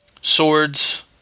swords